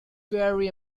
very